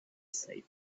safe